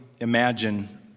imagine